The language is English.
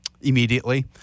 Immediately